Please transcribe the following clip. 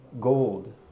gold